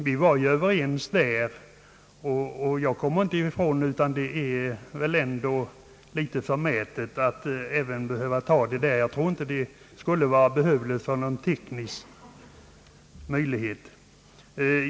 Vi är ju överens i sak, och jag kommer inte ifrån att det är litet förmätet att i reservationen behöva ta in vad utskottet i detta avseende föreslagit.